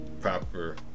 proper